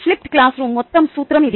flipped classroom మొత్తం సూత్రం ఇది